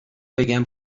بگم